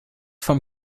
vom